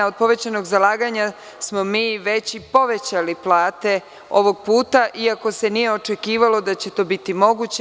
Od povećanog zalaganja smo mi već i povećali plate ovog puta, iako se nije očekivalo da će to biti moguće.